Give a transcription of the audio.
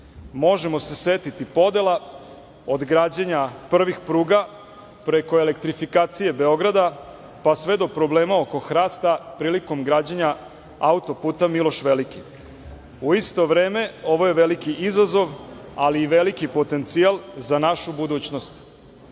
Možemo se setiti podela od građenja prvih pruga, preko elektrifikacije Beograda, pa sve do problema oko hrasta prilikom građenja autoputa Miloš Veliki.U isto vreme, ovo je veliki izazov, ali i veliki potencijal za našu budućnost.